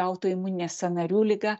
autoimuninė sąnarių liga